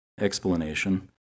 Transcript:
explanation